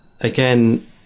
again